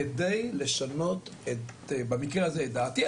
כדי לשנות במקרה הזה את דעתי,